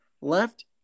left